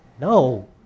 No